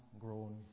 grown